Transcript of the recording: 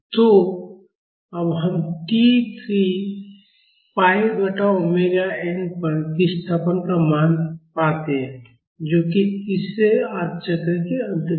तो अब हम t 3 पाई बटा ओमेगा n पर विस्थापन का मान पाते हैं जो कि तीसरे आधे चक्र के अंत में है